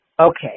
Okay